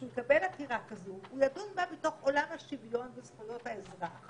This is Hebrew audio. כשהוא מקבל עתירה כזו הוא ידון בה בתוך עולם השוויון וזכויות האזרח